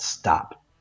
Stop